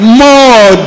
more